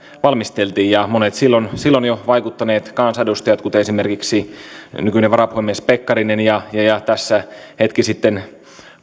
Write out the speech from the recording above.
valmisteltiin monet silloin silloin jo vaikuttaneet kansanedustajat kuten esimerkiksi nykyinen varapuhemies pekkarinen ja ja tässä hetki sitten